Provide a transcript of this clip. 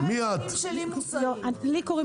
הילדים שלי מוסעים.